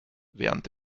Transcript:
während